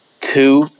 two